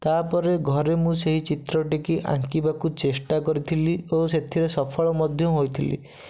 ତାପରେ ଘରେ ମୁଁ ସେଇ ଚିତ୍ରଟିକୁ ଆଙ୍କିବାକୁ ଚେଷ୍ଟା କରିଥିଲି ଓ ସେଥିରେ ସଫଳ ମଧ୍ୟ ହୋଇଥିଲି